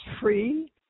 free